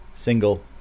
single